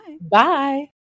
Bye